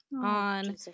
On